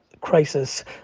crisis